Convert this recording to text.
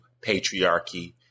patriarchy